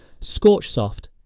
Scorchsoft